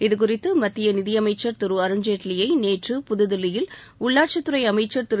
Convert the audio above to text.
இதுகுறித்து மத்திய நிதியமைச்சர் திரு அருண்ஜேட்லியை நேற்று புதுதில்லியில் உள்ளாட்சித் துறை அமைச்சர் திரு